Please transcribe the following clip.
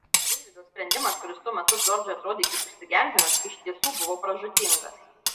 deivido sprendimas kuris tuo metu džordžui atrodė kaip išsigelbėjimas iš tiesų buvo pražūtingas